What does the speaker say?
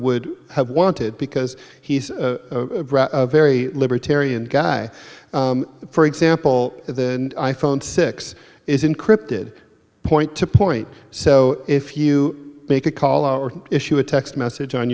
would have wanted because he's a very libertarian guy for example the i phone six is encrypted point to point so if you make a call or issue a text message on